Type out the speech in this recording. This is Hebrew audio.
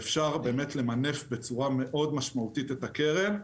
ואפשר למנף בצורה מאוד משמעותית את הקרן,